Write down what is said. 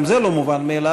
גם זה לא מובן מאליו,